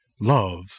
love